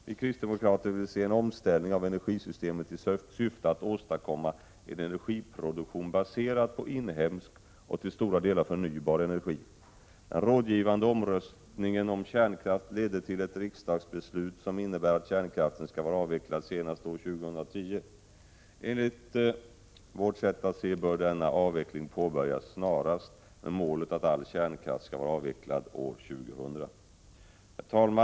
Vi kristdemokrater vill se en omställning av energisystemet i syfte att åstadkomma en energiproduktion baserad på inhemsk och till stora delar förnybar energi. Den rådgivande omröstningen om kärnkraften ledde till ett riksdagsbeslut som innebär att kärnkraften skall vara avvecklad senast år 2010. Enligt vårt sätt att se bör denna utveckling påbörjas snarast med målet att all kärnkraft skall vara avvecklad år 2000. Herr talman!